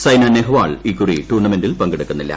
Saint Nehwal ഇക്കുറി ടൂർണമെന്റിൽ പങ്കെടുക്കുന്നില്ല